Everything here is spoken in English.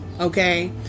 Okay